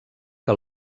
que